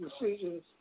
decisions